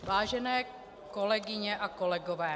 Vážené kolegyně a kolegové...